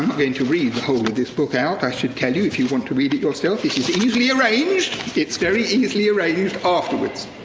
going to read the whole of this book out. i should tell you if you want to read it yourself, this is easily arranged, it's very easily arranged afterwards.